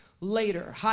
later